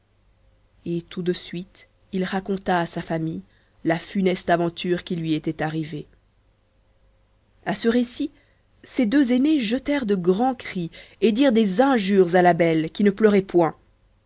et tout de suite il raconta à sa famille la funeste aventure qui lui était arrivée à ce récit ses deux aînées jetèrent de grands cris et dirent des injures à la belle qui ne pleurait point